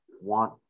want